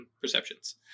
Perceptions